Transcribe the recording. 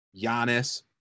Giannis